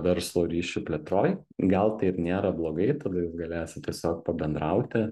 verslo ryšių plėtroj gal tai ir nėra blogai tada jūs galėsit tiesiog pabendrauti